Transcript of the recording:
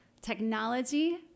technology